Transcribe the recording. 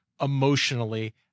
emotionally